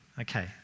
Okay